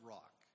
Rock